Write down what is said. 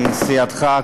מסיעתך,